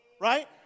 Right